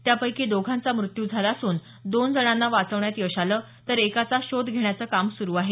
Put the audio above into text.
त्यापैकी दोघांचा मृत्यू झाला असून दोन जणांना वाचवण्यात यश आलं तर एकाचा शोध घेण्याचं काम सुरू आहे